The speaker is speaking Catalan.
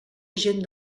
agent